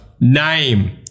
Name